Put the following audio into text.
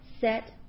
set